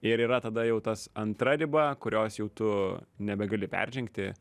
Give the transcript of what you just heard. ir yra tada jau tas antra riba kurios jau tu nebegali peržengti